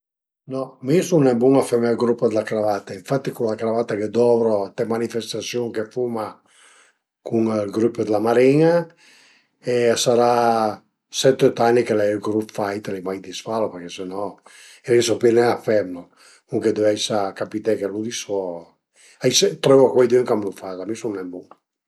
No, mi sun nen bun a feme ël grup d'la cravata, infatti cun la cravata che dovru ënt le manifestasiun che fuma cun ël grüp d'la marin-a a sarà set u öt ani ch'ai ël grup fait, l'ai mai disfalu përché se no riesu pi nen a femlu, comuncue dëveisa capité chë lu disfu, a ie sempre, trovu cuaidün ch'a më lu faza, mi sìu nen bun